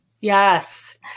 Yes